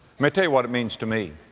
me tell you what it means to me.